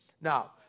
Now